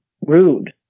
rude